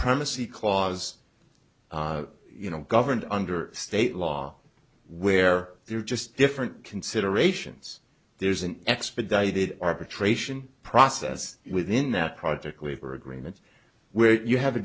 emacy clause you know governed under state law where there are just different considerations there's an expedited arbitration process within that project labor agreements where you have a